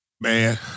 Man